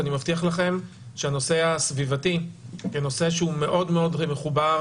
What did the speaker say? ואני מבטיח לכם שהנושא הסביבתי כנושא שהוא מאוד מחובר